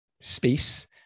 space